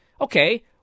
okay